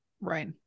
Right